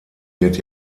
wird